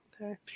Okay